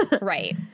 Right